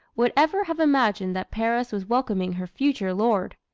would ever have imagined that paris was welcoming her future lord.